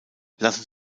lassen